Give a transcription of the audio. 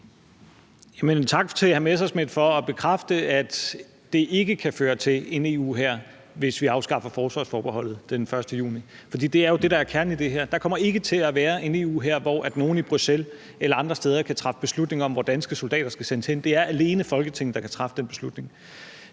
: Tak til hr. Morten Messerschmidt for at bekræfte, at det ikke kan føre til en EU-hær, hvis vi afskaffer forsvarsforbeholdet den 1. juni. For det er jo det, der er kernen i det her. Der kommer ikke til at være en EU-hær, hvor nogle i Bruxelles eller andre steder kan træffe beslutning om, hvor danske soldater skal sendes hen. Det er alene Folketinget, der kan træffe den beslutning.